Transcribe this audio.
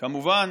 כמובן,